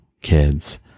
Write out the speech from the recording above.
kids